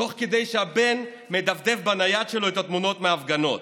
תוך כדי שהבן מדפדף בנייד שלו בתמונות מההפגנות,